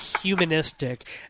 humanistic